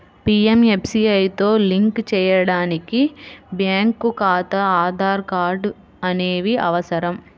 పీయంఎస్బీఐతో లింక్ చేయడానికి బ్యేంకు ఖాతా, ఆధార్ కార్డ్ అనేవి అవసరం